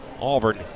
Auburn